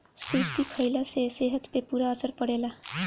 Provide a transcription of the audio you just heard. सुरती खईला से सेहत पे बुरा असर पड़ेला